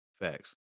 Facts